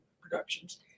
productions